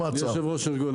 היו"ר.